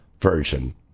version